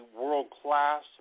world-class